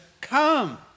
come